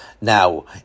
Now